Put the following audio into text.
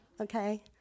okay